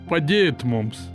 padėt mums